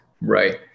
Right